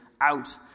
out